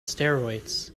steroids